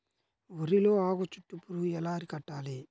వరిలో ఆకు చుట్టూ పురుగు ఎలా అరికట్టాలి?